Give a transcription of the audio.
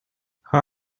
cha